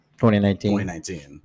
2019